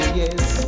yes